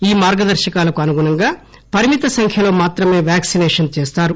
ఈ మార్గదర్శకాలకు అనుగుణంగా పరిమిత సంఖ్యలో మాత్రమే వ్యాక్పినేషన్ చేస్తారు